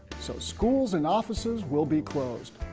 so schools and offices will be closed.